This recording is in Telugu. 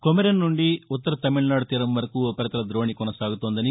కొమెరిన్ నుంచి ఉత్తర తమిళనాడు తీరంవరకు ఉపరితల దోణి కొనసాగుతోందని